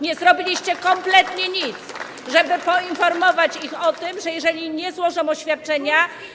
Nie zrobiliście kompletnie nic, żeby poinformować ich o tym, że jeżeli nie złożą oświadczenia.